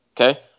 Okay